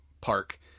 park